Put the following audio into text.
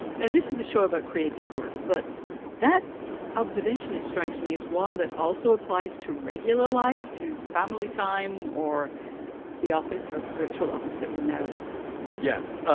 now, this is a show about creative work. but that observation, it strikes me, is one that also applies to regular life, to family time or the office or the virtual office that we're now in yes,